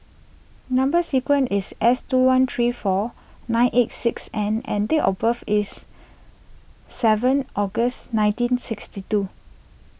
Number Sequence is S two one three four nine eight six N and date of birth is seven August nineteen sixty two